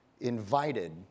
invited